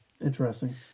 Interesting